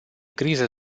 criză